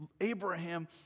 Abraham